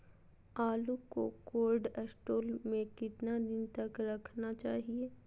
आलू को cold store में कितना दिन तक रखना चाहिए?